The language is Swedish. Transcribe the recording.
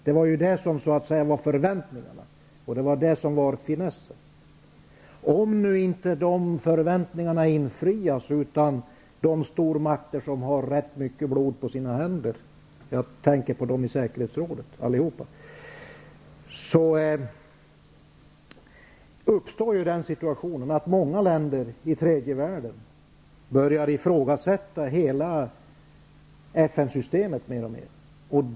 Detta var förväntningarna och finessen. Om förväntningarna inte infrias -- stormakterna har ganska mycket blod på sina händer; jag tänker på alla i säkerhetsrådet -- då uppstår den situationen att många länder i tredje världen börjar i frågasätta hela FN-systemet.